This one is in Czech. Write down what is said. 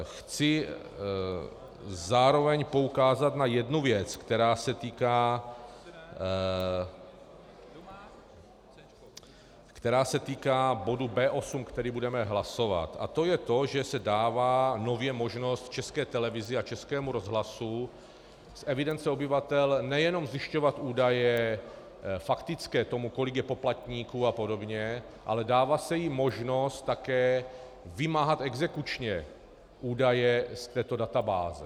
Chci zároveň poukázat na jednu věc, která se týká bodu B8, který budeme hlasovat, a to je to, že se dává nově možnost České televizi a Českému rozhlasu z evidence obyvatel nejenom zjišťovat údaje faktické, kolik je poplatníků apod., ale dává se jim možnost také vymáhat exekučně údaje z této databáze.